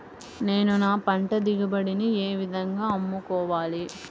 నేను నా పంట దిగుబడిని ఏ విధంగా అమ్ముకోవాలి?